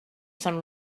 some